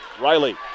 Riley